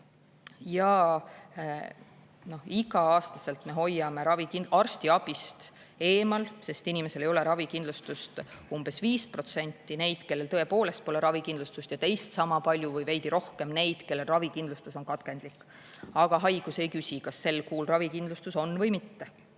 Ja iga-aastaselt me hoiame arstiabist eemal [inimesed], kellel ei ole ravikindlustust: umbes 5% neid, kellel tõepoolest pole ravikindlustust, ja teist sama palju või veidi rohkem neid, kelle ravikindlustus on katkendlik. Aga haigus ei küsi, kas sel kuul ravikindlustus on või mitte.